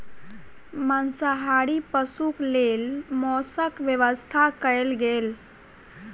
मांसाहारी पशुक लेल मौसक व्यवस्था कयल गेल